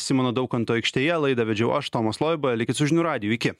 simono daukanto aikštėje laidą vedžiau aš tomas loiba likit su žinių radijui iki